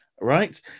right